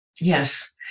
Yes